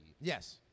Yes